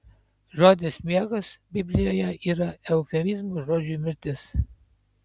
žodis miegas biblijoje yra eufemizmas žodžiui mirtis